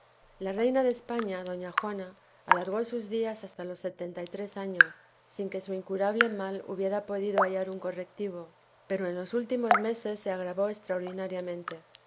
la reina de españa doña juana alargó sus dias hasta los setenta y tres años sin que su incurable mal hubiera podido hallar un correctivo pero en los últimos meses se agravó estraordinariamente